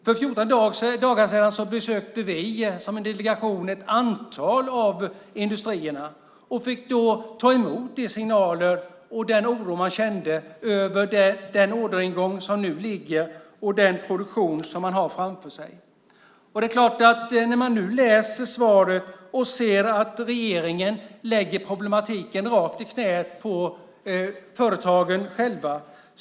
För 14 dagar sedan besökte vi som en delegation ett antal av industrierna. Vi fick ta emot de signaler och den oro man känner över den orderingång som finns och den produktion som man har framför sig. Det är naturligtvis oroande när man läser svaret och ser att regeringen lägger problemen rakt i knät på företagen själva.